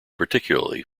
particularly